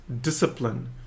discipline